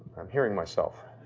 i'm hearing myself.